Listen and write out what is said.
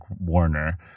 Warner